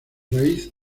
raíz